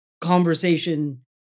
conversation